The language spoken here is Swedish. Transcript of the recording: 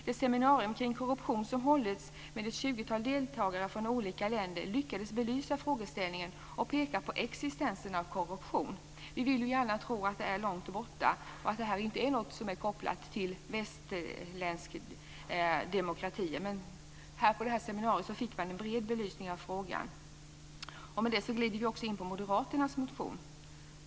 Det seminarium kring korruption som hållits med ett tjugotal deltagare från olika länder lyckades belysa frågeställningen och peka på existensen av korruption. Vi vill ju gärna tro att det är långt borta och att det här inte är något som är kopplat till västerländska demokratier, men på detta seminarium fick man en bred belysning av frågan. Med det glider vi också in på moderaternas motion.